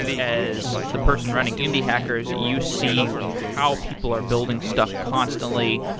as the person running indie hackers, you see how people are building stuff constantly.